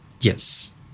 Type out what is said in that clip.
yes